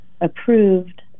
approved